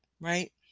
right